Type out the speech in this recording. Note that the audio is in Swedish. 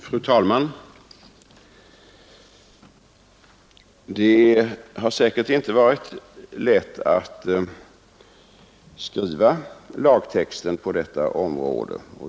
Fru talman! Det har säkert inte varit lätt att skriva lagtexten på detta område.